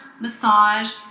massage